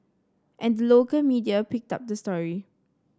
and the local media picked up the story